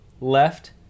left